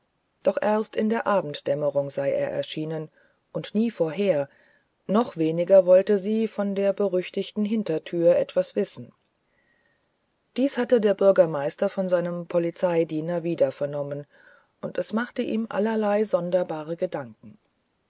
doch erst in der abenddämmerung sei er erschienen und nie vorher noch weniger wollte sie von der berüchtigten hintertür etwas wissen dies hatte der bürgermeister von seinem polizeidiener wieder vernommen und es machte ihm allerlei sonderbare gedanken